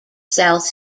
south